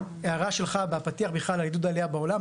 שההערה שלך בפתיח בכלל על עידוד עלייה בעולם,